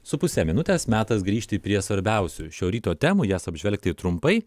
su puse minutės metas grįžti prie svarbiausių šio ryto temų jas apžvelgti trumpai